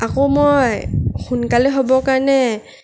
আকৌ মই সোনকালে হ'বৰ কাৰণে